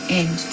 end